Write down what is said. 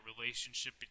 relationship